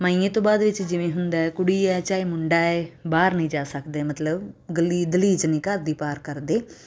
ਮਾਈਏ ਤੋਂ ਬਾਅਦ ਵਿੱਚ ਜਿਵੇਂ ਹੁੰਦਾ ਕੁੜੀ ਹੈ ਚਾਹੇ ਮੁੰਡਾ ਹੈ ਬਾਹਰ ਨਹੀਂ ਜਾ ਸਕਦੇ ਮਤਲਬ ਗਲੀ ਦਹਿਲੀਜ਼ ਨਹੀਂ ਘਰ ਦੀ ਪਾਰ ਕਰਦੇ